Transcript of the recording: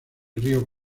río